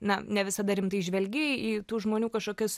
na ne visada rimtai žvelgi į tų žmonių kažkokias